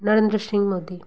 Narendra Singh Modi